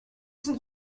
sont